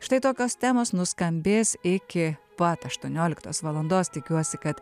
štai tokios temos nuskambės iki pat aštuonioliktos valandos tikiuosi kad